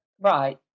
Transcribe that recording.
Right